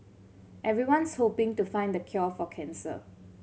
everyone's hoping to find the cure for cancer